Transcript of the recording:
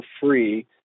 free